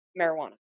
marijuana